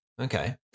Okay